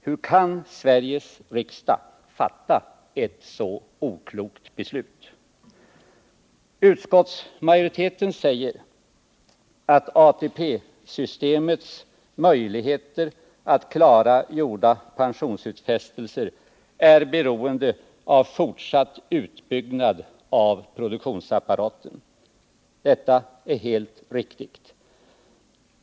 Hur kan Sveriges riksdag fatta ett så oklokt beslut? Utskottsmajoriteten säger att ATP-systemets möjligheter att klara gjorda pensionsutfästelser är beroende av fortsatt utbyggnad av produktionsapparaten. Detta är helt riktigt.